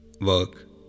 work